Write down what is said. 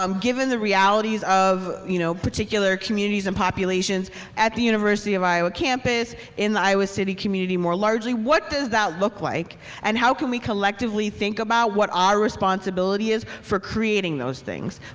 um given the realities of you know particular communities and populations at the university of iowa campus, in the iowa city community more largely, what does that look like and how can we collectively think about what our responsibility is for creating those things?